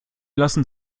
lassen